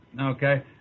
okay